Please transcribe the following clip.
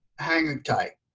hanging tight.